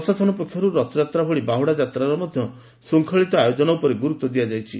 ପ୍ରଶାସନ ପକ୍ଷରୁ ରଥଯାତ୍ରା ଭଳି ବାହୁଡ଼ାଯାତ୍ରାର ମଧ୍ଧ ଶୃଙ୍ଖଳିତ ଆୟୋଜନ ଉପରେ ଗୁରୁତ୍ ଦିଆଯାଇଛି